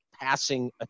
passing